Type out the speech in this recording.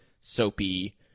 soapy